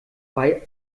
bei